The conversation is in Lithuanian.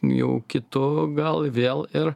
jau kitu gal vėl ir